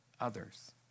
others